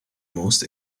most